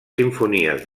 simfonies